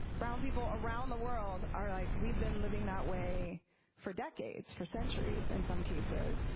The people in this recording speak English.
brown people around the world are like we've been living that way for decades, for centuries in some cases.